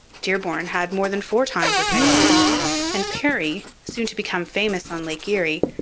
dearborn had more than four times as many men and perry, soon to become famous on lake erie,